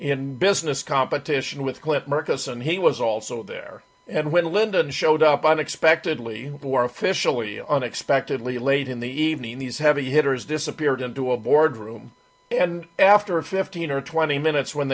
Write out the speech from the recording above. in business competition with clint murchison he was also there and when lyndon showed up unexpectedly war officially unexpectedly late in the evening these heavy hitters disappeared into a boardroom and after a fifteen or twenty minutes when